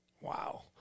Wow